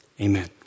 Amen